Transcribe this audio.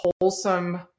wholesome